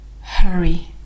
Hurry